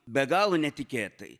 be galo netikėtai